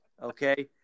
Okay